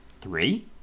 Three